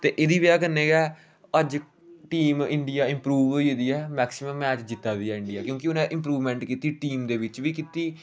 ते एहदी बजह कन्नै गै अज्ज टीम इडिंया इंप्रूव होई गेदी ऐ मैक्सिमम मैच जित्ता दी ऐ इंडियां क्योंकि उ'नें इंप्रूवमेंट कीती टीम दे बिच्च बी कीती